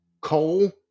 coal